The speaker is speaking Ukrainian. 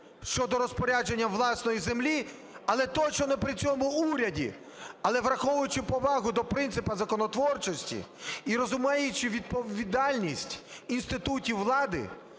щодо розпорядження власної землі, але точно не при цьому уряді. Але, враховуючи повагу до принципу законотворчості і розуміючи відповідальність інститутів влади,